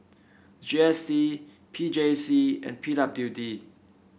G S T P J C and P W D